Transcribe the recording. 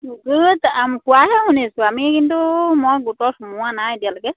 গোট কোৱাহে শুনিছোঁ আমি কিন্তু মই গোটত সোমোৱা নাই এতিয়ালৈকে